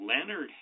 Leonard